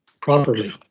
properly